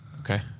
Okay